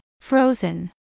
frozen